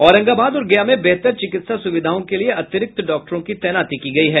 औरंगाबाद और गया में बेहतर चिकित्सा सुविधाओं के लिए अतिरिक्त डॉक्टरों की तैनाती की गई है